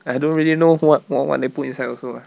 I don't really know what more what they put inside also lah